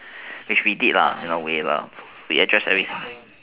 which we did lah in a way ah we addressed every